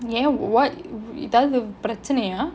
ya what ஏதாவது பிரச்சனையா:ethaavathu prachanaiya